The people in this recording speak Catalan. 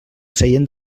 seient